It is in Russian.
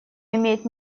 имеет